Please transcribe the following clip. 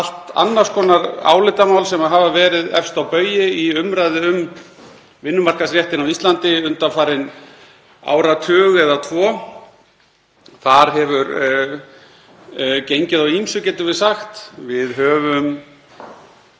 Allt annars konar álitamál hafa verið efst á baugi í umræðu um vinnumarkaðsréttinn á Íslandi undanfarinn áratug eða tvo. Þar hefur gengið á ýmsu, getum við sagt. Við höfum